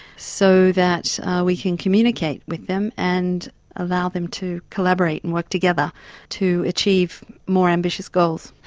so that we can communicate with them and allow them to collaborate and work together to achieve more ambitious goals.